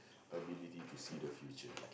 ability to see the future